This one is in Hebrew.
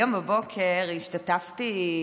היום בבוקר השתתפתי,